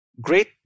Great